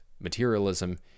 materialism